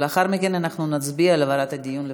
לאחר מכן נצביע על העברת הדיון לוועדה.